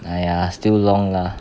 !aiya! still long lah